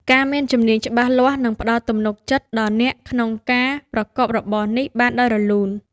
ការមានជំនាញច្បាស់លាស់នឹងផ្តល់ទំនុកចិត្តដល់អ្នកក្នុងការប្រកបរបរនេះបានដោយរលូន។